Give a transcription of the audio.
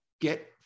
get